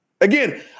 Again